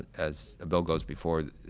as the bill goes before